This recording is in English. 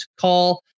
call